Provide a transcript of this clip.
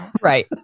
Right